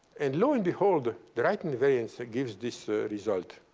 and lo and behold, the right invariance gives this ah result.